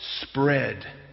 Spread